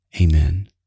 Amen